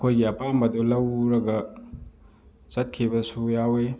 ꯃꯈꯣꯏꯒꯤ ꯑꯄꯥꯝꯕꯗꯨ ꯂꯧꯔꯒ ꯆꯠꯈꯤꯕꯁꯨ ꯌꯥꯎꯋꯤ